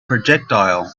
projectile